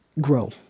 grow